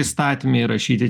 įstatyme įrašyti